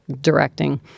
directing